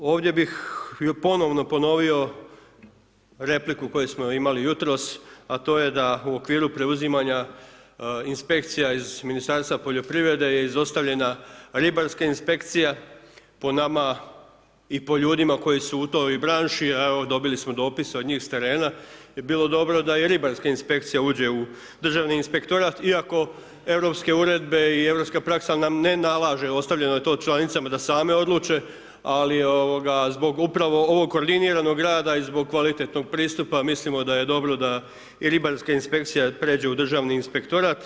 Ovdje bih ponovno ponovio, repliku koju smo imali jutros, a to je da u okviru preuzimanja inspekcija iz Ministarstva poljoprivrede, je izostavljena ribarska inspekcija, po nama i po ljudima koji su u toj branši, a evo, dobili smo dopise s njih s terena, bi bilo dobro, da i ribarska inspekcija uđe u državni inspektorat iako europske uredbe i europska praksa nam ne nalaže, ostavljeno je to članicama da same odluče, ali zbog upravo ovog koordiniranog rada i zbog kvalitetnog pristupa, mislimo da je dobro da i ribarska inspekcija pređe u državni inspektorat.